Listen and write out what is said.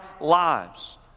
lives